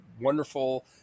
wonderful